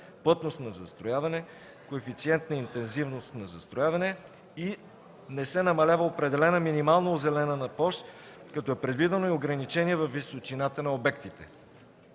плътност на застрояване, коефициент на интензивност на застрояване, и не се намалява определена минимална озеленена площ, като е предвидено и ограничение във височината на обектите.